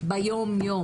ביום יום.